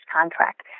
contract